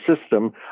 system